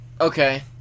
Okay